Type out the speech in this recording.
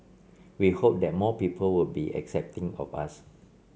we hope that more people will be accepting of us